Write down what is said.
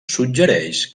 suggereix